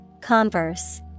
Converse